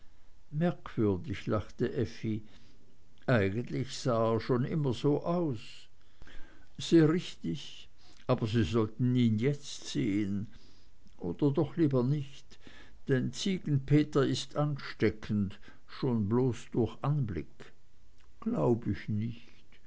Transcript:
merkwürdig lachte effi eigentlich sah er schon immer so aus sehr richtig aber sie sollten ihn jetzt sehen oder doch lieber nicht ziegenpeter ist ansteckend schon bloß durch anblick glaub ich nicht